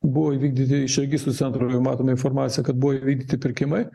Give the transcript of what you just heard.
buvo įvykdyti iš registrų centro jau matom informaciją kad buvo įvykdyti pirkimai